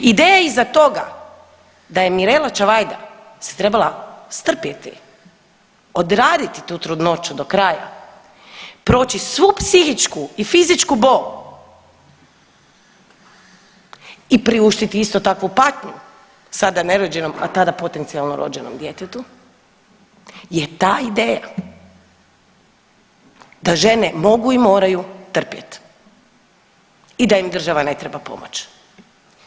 Ideja je iza toga da je Mirela Čavajda se trebala strpjeti, odraditi tu trudnoću od kraja, proći svu psihičku i fizičku bol i priuštiti istu takvu patnju sada nerođenom, a tada potencijalno rođenom djetetu je ta ideja da žene mogu i moraju trpjeti i da im država ne treba pomoći.